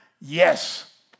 Yes